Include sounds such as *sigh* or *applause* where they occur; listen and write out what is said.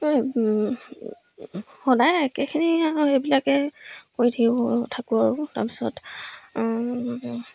*unintelligible* সদায় একেখিনি আৰু এইবিলাকে কৰি থাকিব থাকোঁ আৰু তাৰপিছত